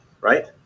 right